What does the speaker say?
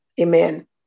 Amen